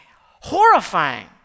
horrifying